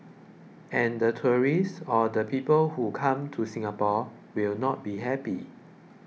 and the tourists or the people who come to Singapore will not be happy